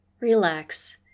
relax